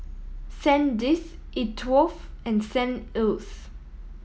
Sandisk E Twow and St Ives